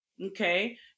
Okay